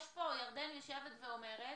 ירדן מנדלסון אומרת